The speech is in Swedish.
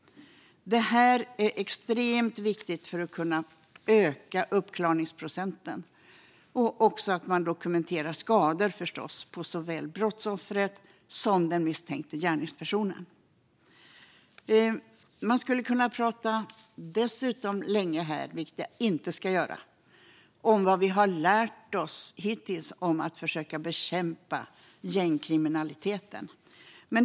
Det är extremt viktigt för att kunna öka uppklaringsprocenten. Man ska förstås också dokumentera skador på såväl brottsoffret som den misstänkte gärningspersonen. Man skulle dessutom kunna prata länge här, vilket jag inte ska göra, om vad vi har lärt oss av att försöka bekämpa gängkriminaliteten.